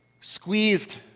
squeezed